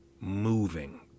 moving